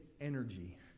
energy